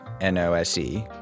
N-O-S-E